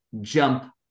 jump